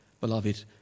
beloved